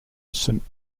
saint